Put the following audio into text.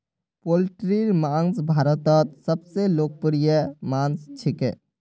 पोल्ट्रीर मांस भारतत सबस लोकप्रिय मांस छिके